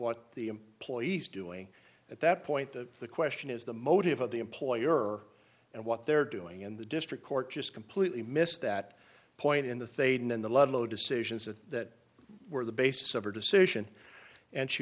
what the employee is doing at that point that the question is the motive of the employer and what they're doing in the district court just completely missed that point in the thing in the ludlow decisions that were the basis of her decision and she